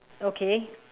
okay